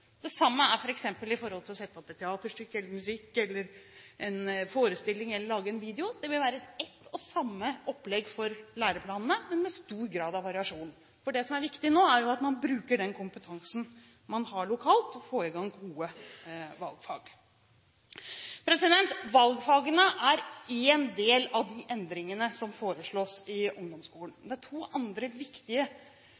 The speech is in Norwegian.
å sette opp et teaterstykke, et musikkstykke, eller en forestilling, eller å lage en video. Det vil være ett og samme opplegg i forhold til læreplanene, men med stor grad av variasjon. Det som er viktig nå, er at man bruker den kompetansen man har lokalt, for å få i gang gode valgfag. Valgfagene er én del av de endringene som foreslås i ungdomsskolen.